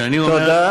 כשאני אומר,